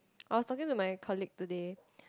I was talking to my colleague today